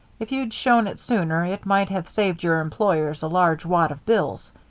if you'd shown it sooner it might have saved your employers a large wad of bills.